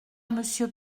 monsieur